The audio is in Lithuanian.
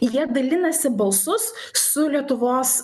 jie dalinasi balsus su lietuvos